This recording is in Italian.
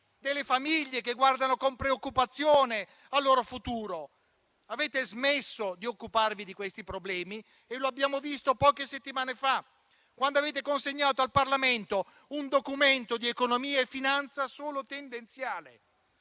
delle famiglie che guardano con preoccupazione al loro futuro. Avete smesso di occuparvi di questi problemi e lo abbiamo visto poche settimane fa, quando avete consegnato al Parlamento un Documento di economia e finanza solo tendenziale,